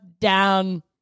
down